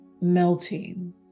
melting